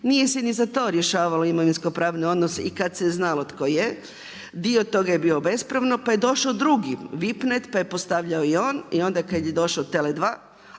Nije se ni za to rješavalo imovinski pravni odnos i kad se znalo tko je. Dio toga je bio bespravno, pa je došao drugi VIPNET, pa je postavljao i on, i onda kad je došao TELE 2,